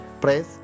Please